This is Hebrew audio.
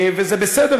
זה בסדר.